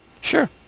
Sure